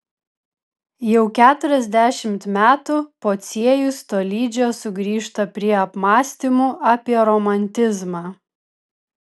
jau keturiasdešimt metų pociejus tolydžio sugrįžta prie apmąstymų apie romantizmą